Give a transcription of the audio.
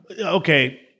okay